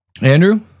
Andrew